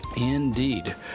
indeed